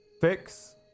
Fix